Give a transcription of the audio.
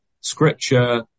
scripture